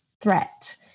threat